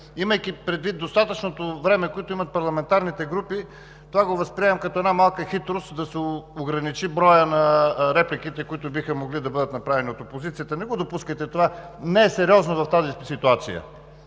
имайки предвид достатъчното време, което имат парламентарните групи. Това го възприемам като една малка хитрост – да се ограничи броят на репликите, които биха могли да бъдат направени от опозицията. Не го допускайте! Не е сериозно в тази ситуация!